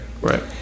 Right